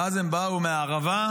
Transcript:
ואז הם באו מהערבה,